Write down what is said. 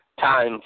time